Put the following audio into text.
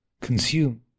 consume